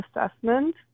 assessment